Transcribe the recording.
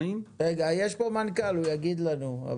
רגע, נמצא כאן המנכ"ל, הוא יגיד לנו.